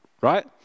right